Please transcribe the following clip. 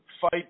fight